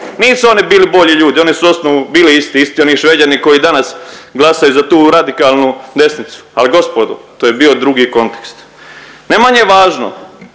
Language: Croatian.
Nisu oni bili bolji ljudi, oni su u osnovu bili isti, isti oni Šveđani koji danas glasaju za tu radikalnu desnicu, ali gospodo to je bio drugi kontekst. Ne manje važno,